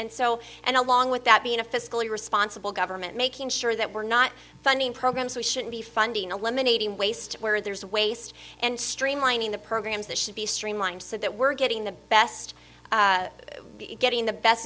and so and along with that being a fiscally responsible government making sure that we're not funding programs we should be funding eliminating waste where there's waste and streamlining the programs that should be streamlined so that we're getting the best getting the best